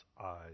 eyes